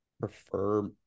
prefer